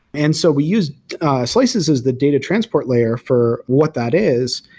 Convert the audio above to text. and so we use slices as the data transport layer for what that is,